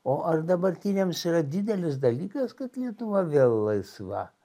o ar dabartiniams yra didelis dalykas kad lietuva vėl laisva